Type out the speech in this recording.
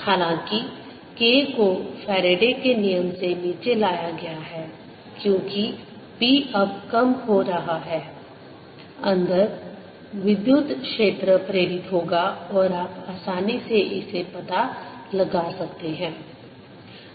हालाँकि K को Faraday के नियम Faraday's law से नीचे लाया गया है क्योंकि B अब कम हो रहा है अंदर विद्युत क्षेत्र प्रेरित होगा और आप आसानी से इसे पता लगा सकते हैं